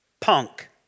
punk